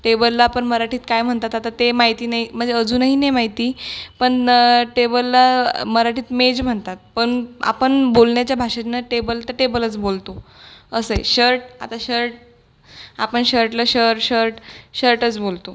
टेबलला आपण मराठीत काय म्हणतात आता ते माहिती नाही म्हणजे अजूनही नाही माहिती पण टेबलला मराठीत मेज म्हणतात पण आपण बोलण्याच्या भाषेतनं टेबल तर टेबलच बोलतो असं आहे शर्ट आता शर्ट आपण शर्टला शर शर्ट शर्टच बोलतो